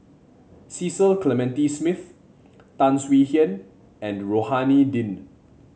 Cecil Clementi Smith Tan Swie Hian and Rohani Din